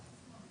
אחת.